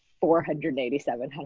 four hundred eighty seven.